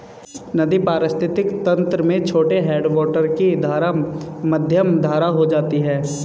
नदी पारिस्थितिक तंत्र में छोटे हैडवाटर की धारा मध्यम धारा हो जाती है